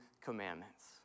commandments